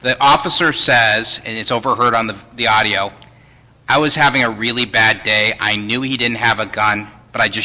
the officer says it's overheard on the the audio i was having a really bad day i knew he didn't have a gun but i just